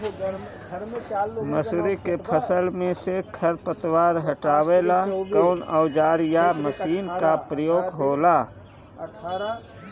मसुरी के फसल मे से खरपतवार हटावेला कवन औजार या मशीन का प्रयोंग होला?